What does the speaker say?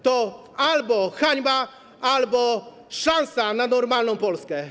to albo hańba, albo szansa na normalną Polskę.